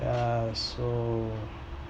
ya so